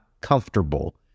comfortable